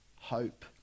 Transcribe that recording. hope